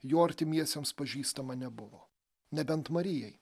jo artimiesiems pažįstama nebuvo nebent marijai